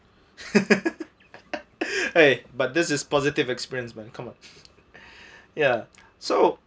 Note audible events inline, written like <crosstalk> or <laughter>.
<laughs> eh but this is positive experience man come on ya so